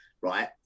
right